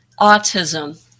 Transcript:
autism